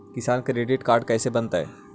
किसान credit card कैसे बनतै?